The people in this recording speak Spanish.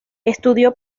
estudió